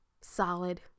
solid